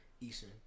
Eastern